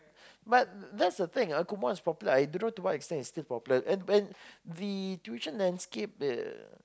but that's the thing ah Kumon is popular I don't know to what extent is it still popular and and the tuition landscape uh